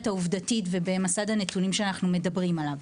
העובדתית ובמסד הנתונים שאנחנו מדברים עליו.